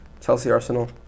Chelsea-Arsenal